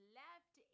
left